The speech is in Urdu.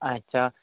اچھا